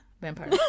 vampire